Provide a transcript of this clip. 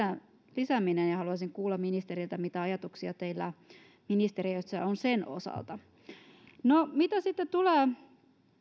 lisäämisestä ja ja haluaisin kuulla ministeriltä mitä ajatuksia teillä ministeriössä on sen osalta mitä sitten tulee